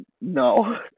no